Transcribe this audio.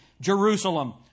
Jerusalem